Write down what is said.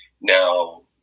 Now